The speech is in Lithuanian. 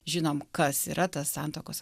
žinom kas yra tas santuokos